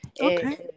Okay